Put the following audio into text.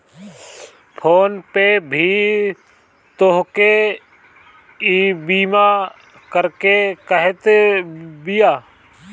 phone पे भी तोहके ईबीमा करेके कहत बिया